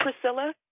Priscilla